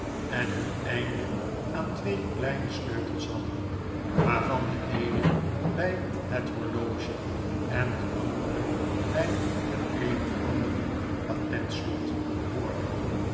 en hun einde aan twee kleine sleutels hadden waarvan de eene bij het horloge en de andere bij het een of ander patentslot behoorde